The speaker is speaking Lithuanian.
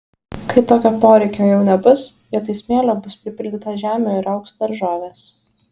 kai tokio poreikio jau nebus vietoj smėlio bus pripildyta žemių ir augs daržovės